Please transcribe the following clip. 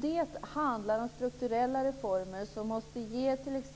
Det handlar om strukturella reformer som måste ge t.ex.